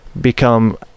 become